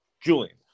Julian